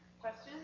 Questions